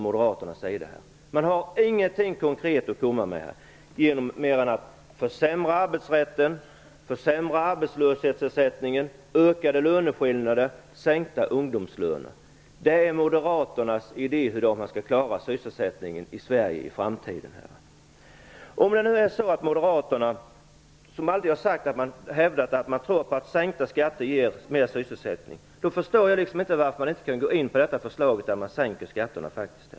Moderaterna har ingenting konkret att komma med mer än att försämra arbetsrätten, försämra arbetslöshetsersättningen, ökade löneskillnader och sänkta ungdomslöner. Det är Moderaternas idé om hur man skall klara sysselsättningen i Sverige i framtiden. Moderaterna har hävdat att de tror på att sänkta skatter ger mer sysselsättning. Då förstår jag inte varför de inte kunde gå med på detta förslag om att sänka skatterna.